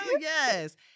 Yes